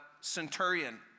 centurion